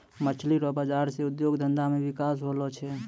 मछली रो बाजार से उद्योग धंधा मे बिकास होलो छै